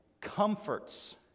comforts